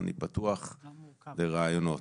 אבל אני פתוח לרעיונות,